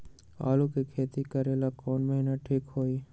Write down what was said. आलू के खेती करेला कौन महीना ठीक होई?